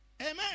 Amen